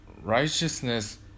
righteousness